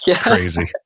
crazy